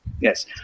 Yes